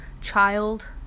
child